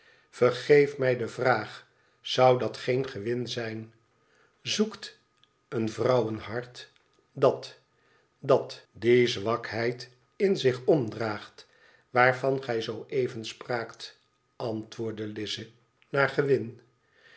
vergeef mij de vraag zou dat geen gewin zijn zoekt een vrouwenhart dat dat die zwakheid in zich omdraagt waarvan gij zoo even spraakt antwoordde lize i naar gewin